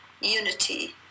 unity